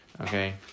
Okay